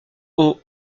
aux